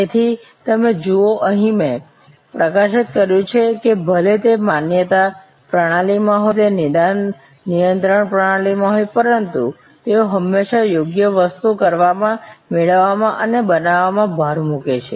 તેથી તમે જુઓ અહીં મેં પ્રકાશિત કર્યું છે કે ભલે તે માન્યતા પ્રણાલીમાં હોય ભલે તે નિદાન નિયંત્રણ પ્રણાલીમાં હોયપરંતુ તેઓ હમેશા યોગ્ય વસ્તુ કરવામાં મેળવામાં અને બનાવવામાં ભાર મૂકે છે